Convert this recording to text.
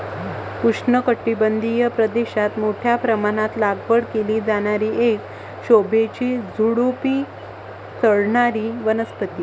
उष्णकटिबंधीय प्रदेशात मोठ्या प्रमाणात लागवड केली जाणारी एक शोभेची झुडुपी चढणारी वनस्पती